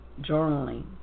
journaling